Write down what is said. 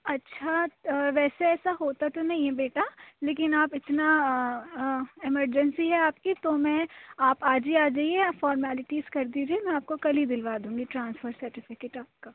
اچھا ویسے ایسا ہوتا تو نہیں ہے بیٹا لیکن آپ اتنا ایمرجینسی ہے آپ کی تو میں آپ آج ہی آ جائیے آپ فارمیلٹیز کر دیجیے میں آپ کو کل ہی دِلوا دوں گی ٹرانسفر سرٹیفکیٹ آپ کا